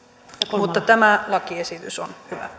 mutta tämä lakiesitys on hyvä